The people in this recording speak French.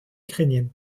ukrainienne